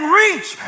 reach